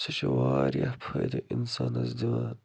سُہ چھِ وارِیاہ فٲیدٕ اِنسانس دِوان